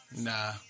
Nah